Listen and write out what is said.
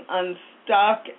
unstuck